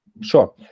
Sure